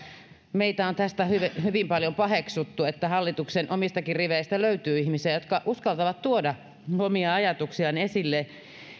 meitä on tästä hyvin paljon paheksuttu ja oli hieno kuulla että hallituksen omistakin riveistä löytyy ihmisiä jotka uskaltavat tuoda omia ajatuksiaan esille